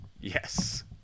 Yes